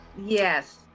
Yes